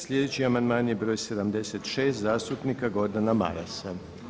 Sljedeći amandman je br. 76. zastupnika Gordana Marasa.